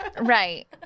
Right